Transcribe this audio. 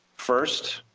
first,